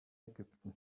ägypten